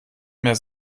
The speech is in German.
mehr